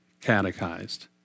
catechized